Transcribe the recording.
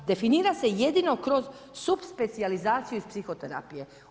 Definira se jedino kroz supspecijalizaciju iz psihoterapije.